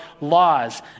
laws